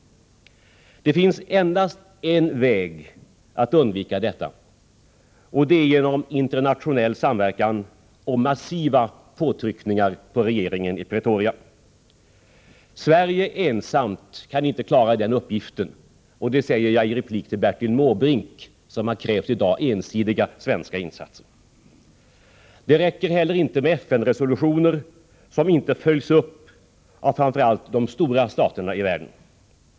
Det finns endast en väg att undvika detta, och det är genom internationell samverkan och massiva påtryckningar på regeringen i Pretoria. Sverige ensamt kan inte klara den uppgiften, och det säger jag i replik till Bertil Måbrink, som i dag har krävt ensidiga svenska insatser. Det räcker heller inte med FN-resolutioner som inte följs upp av framför allt de stora staterna i världen.